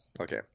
Okay